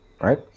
right